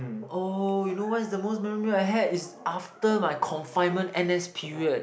oh you know what's the most memorable meal I had is after my confinement n_s period